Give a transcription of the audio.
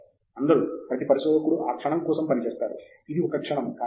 professor Andrew Thangaraj అందరూ ప్రతి పరిశోధకుడు ఆ క్షణం కోసం పనిచేస్తారు ఇది ఒక క్షణం